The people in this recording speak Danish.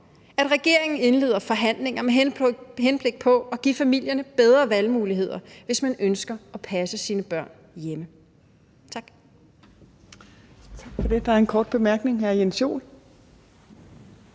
at regeringen indleder forhandlinger med henblik på at give familierne bedre valgmuligheder, hvis man ønsker at passe sine børn hjemme. Tak.